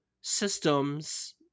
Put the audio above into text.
systems